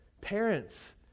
Parents